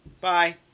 Bye